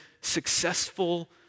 successful